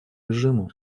режиму